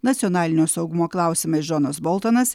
nacionalinio saugumo klausimais džonas boltonas